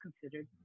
considered